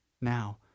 now